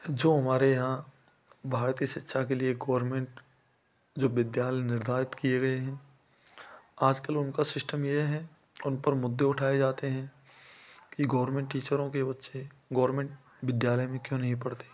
जो हमारे यहाँ भारती शिक्षा के लिए गोरमेंट जो विद्यालय निर्धारित किये गये हैं आजकल उनका सिस्टम ये है उन पर मुद्दे उठाए जाते हैं की गोरमेंट टीचरों के बच्चे गोरमेंट विद्यालयों में क्यों नहीं पढ़ते